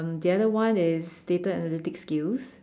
um the other one is data analytics skills